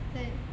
对